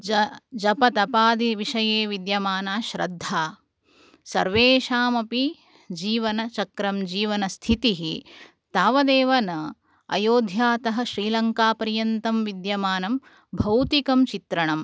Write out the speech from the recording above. ज जपतपादिविषये विद्यमाना श्रद्धा सर्वेषामपि जीवनचक्रं जीवनस्थितिः तावदेव न अयोध्यातः श्रीलङ्कापर्यन्तं विद्यमानं भौतिकं चित्रणं